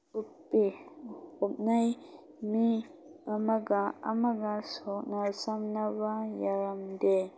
ꯎꯞꯄꯦ ꯎꯞꯅꯩ ꯃꯤ ꯑꯃꯒ ꯑꯃꯒ ꯁꯣꯛꯅ ꯁꯝꯅꯕ ꯌꯥꯔꯝꯗꯦ